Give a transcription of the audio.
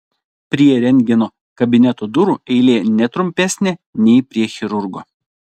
prie rentgeno kabineto durų eilė ne trumpesnė nei prie chirurgo